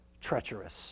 treacherous